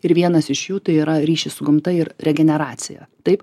ir vienas iš jų tai yra ryšiai su gamta ir regeneracija taip